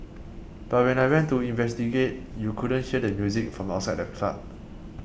but when I went to investigate you couldn't hear the music from outside the club